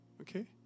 Okay